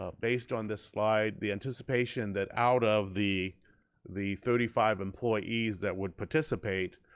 ah based on this slide, the anticipation that out of the the thirty five employees that would participate,